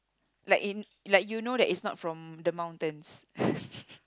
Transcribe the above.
like in like you know that it's not from the mountains